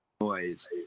noise